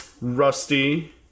Rusty